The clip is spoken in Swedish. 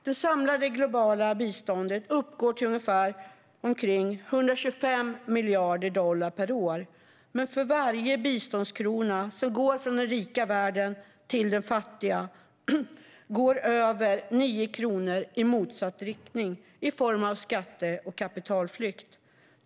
Det samlade globala biståndet uppgår till omkring 125 miljarder dollar per år, men för varje biståndskrona som går från den rika världen till den fattiga går över 9 kronor i motsatt riktning i form av skatte och kapitalflykt.